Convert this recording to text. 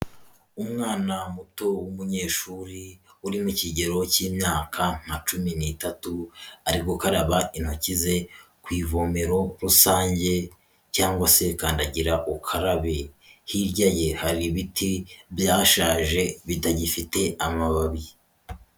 Umwana muto w'umunyeshuri uri mu kigero cy'imyaka nka cumi n'itatu ari gukaraba intoki ze ku ivomero rusange cyangwa se kandagira ukarabe, hirya ye hari ibiti byashaje bitagifite amababi.